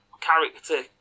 character